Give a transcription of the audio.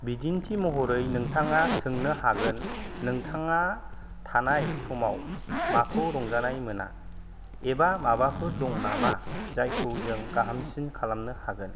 बिदिन्थि महरै नोंथाङा सोंनो हागोन नोंथाङा थानाय समाव माखौ रंजानाय मोना एबा माबाफोर दं नामा जायखौ जों गाहामसिन खालामनो हागोन